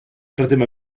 rydym